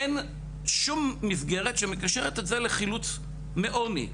אין שום מסגרת שמקשרת את זה לחילוץ מעוני,